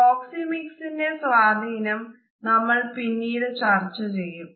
പ്രോക്സിമിക്സിന്റെ ഈ സ്വാധീനം നമ്മൾ പിന്നീട് ചർച്ച ചെയ്യും